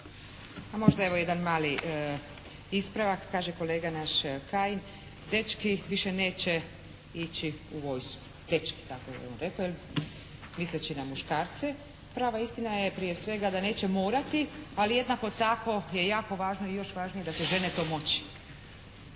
Možda evo jedan mali ispravak. Kaže kolega naš Kajin dečki više neće ići vojsku, dečki tako je on rekao misleći na muškarce. Prava istina je prije svega da neće morati ali jednako tako je jako važno ili još važnije da će žene to moći.